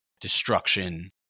destruction